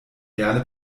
gerne